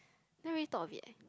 never really thought of it eh